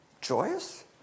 joyous